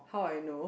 how I know